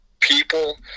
people